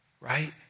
right